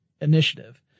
initiative